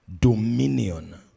Dominion